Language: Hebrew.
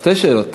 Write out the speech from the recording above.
שתי שאלות.